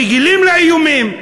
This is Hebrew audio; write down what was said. רגילים לאיומים,